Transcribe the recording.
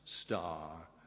star